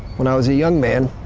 when i was a young man,